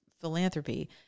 philanthropy